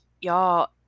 y'all